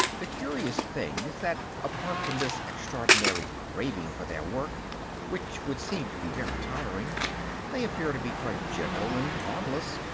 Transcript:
the curious thing is that, apart from this extraordinary craving for their work which would seem to be very tiring they appear to be quite gentle and harmless,